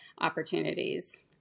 opportunities